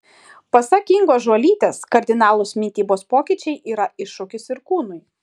pasak ingos žuolytės kardinalūs mitybos pokyčiai yra iššūkis ir kūnui